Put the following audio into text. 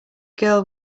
girl